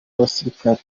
abasirikari